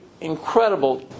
incredible